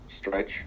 stretch